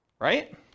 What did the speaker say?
right